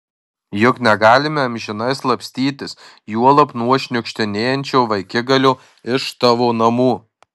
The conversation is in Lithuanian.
juk negalime amžinai slapstytis juolab nuo šniukštinėjančio vaikigalio iš tavo namų